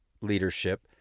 leadership